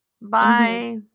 bye